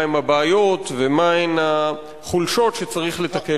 מהן הבעיות ומהן החולשות שצריך לתקן.